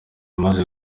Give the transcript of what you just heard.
imaze